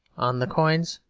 on the coins,